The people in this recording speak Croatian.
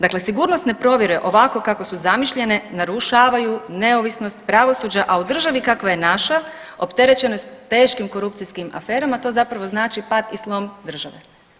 Dakle, sigurnosne provjere ovako kako su zamišljene narušavaju neovisnost pravosuđa, a u državi kakva je naša opterećena teškim korupcijskim afera to zapravo znači pad i slom države.